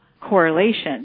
correlation